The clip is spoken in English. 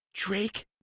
Drake